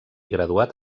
graduat